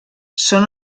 són